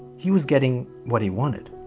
he was getting what he wanted.